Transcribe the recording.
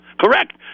Correct